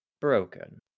Broken